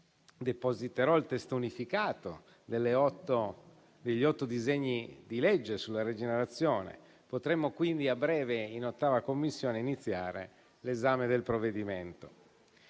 depositerò il testo unificato degli otto disegni di legge sulla rigenerazione urbana, quindi a breve in 8a Commissione potremo iniziare l'esame del provvedimento.